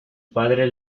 padre